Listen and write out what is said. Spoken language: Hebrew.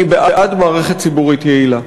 אני בעד מערכת ציבורית יעילה.